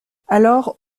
alors